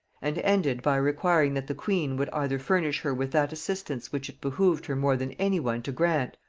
and ended by requiring that the queen would either furnish her with that assistance which it behoved her more than any one to grant,